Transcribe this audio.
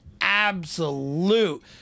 absolute